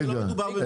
רגע,